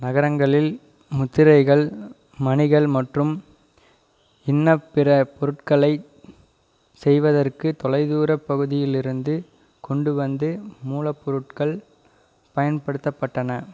நகரங்களில் முத்திரைகள் மணிகள் மற்றும் இன்ன பிற பொருட்களை செய்வதற்கு தொலைதூரப் பகுதியிலிருந்து கொண்டு வந்து மூலப்பொருட்கள் பயன்படுத்தப்பட்டன